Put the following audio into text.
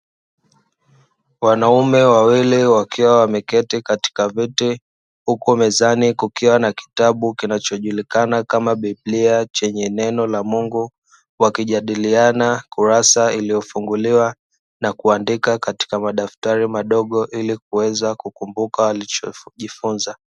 Wanaume wawili wakiwa wameketi katika vyeti huko mezani kukiwa na kitabu kinachojulikana kama biblia chenye neno la mungu wakijadiliana kurasa iliyofunguliwa na kuandika katika madaftari madogo ili kuweza kukumbuka walichojifunza.